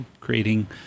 creating